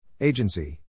Agency